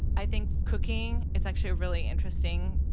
i think cooking is actually really interesting.